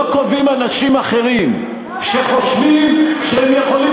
לא קובעים אנשים אחרים שחושבים שהם יכולים